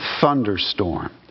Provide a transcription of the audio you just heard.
thunderstorm